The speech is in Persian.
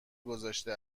گذاشته